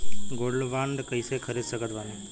Gold bond कईसे खरीद सकत बानी?